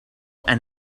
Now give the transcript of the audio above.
and